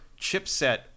chipset